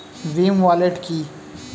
Bhim wallet কি?